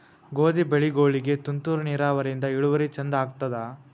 ಗೋಧಿ ಬೆಳಿಗೋಳಿಗಿ ತುಂತೂರು ನಿರಾವರಿಯಿಂದ ಇಳುವರಿ ಚಂದ ಆತ್ತಾದ?